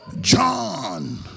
John